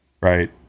right